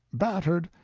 battered,